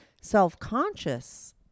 self-conscious